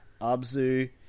Abzu